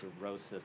cirrhosis